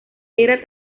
era